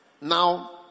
Now